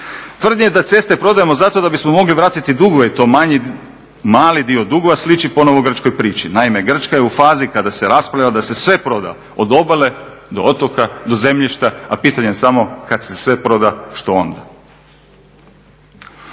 Tvrdnja da ceste prodajemo zato da bismo mogli vratiti dugove i to mali dio dugova, slični ponovo grčkoj priči. Naime, Grčka je u fazi kada se raspravlja da se sve proda, od obale, do otoka, do zemljišta, a pitanje je samo kad se sve proda, što onda?